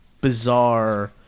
bizarre